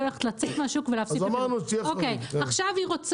היא הולכת לצאת מהשוק ולהפסיק את פעילותה,